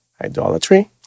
idolatry